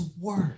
work